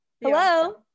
hello